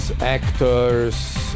actors